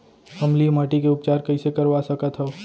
अम्लीय माटी के उपचार कइसे करवा सकत हव?